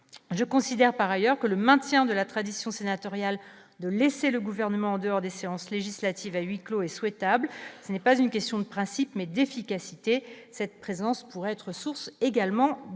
je considère par ailleurs que le maintien de la tradition sénatoriales de laisser le gouvernement en dehors des séances législative à huis clos et souhaitables, ce n'est pas une question de principe, mais d'efficacité cette présence pourrait être source également de redondance,